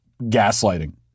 gaslighting